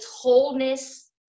wholeness